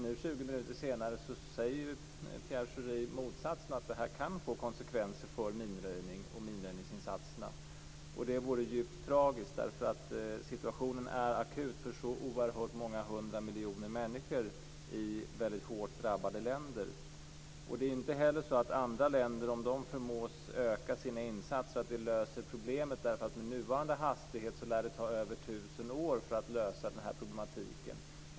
Nu 20 minuter senare säger Pierre Schori motsatsen, att det här kan få konsekvenser för minröjningen och minröjningsinsatserna. Det vore djupt tragiskt. Situationen är oerhört akut för många hundra miljoner människor i väldigt hårt drabbade länder. Det är inte heller så att det löser problemet om andra länder förmås öka sina insatser. Men nuvarande hastighet lär det ta över 1 000 år för att lösa det här problemet.